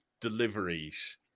deliveries